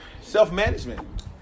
Self-management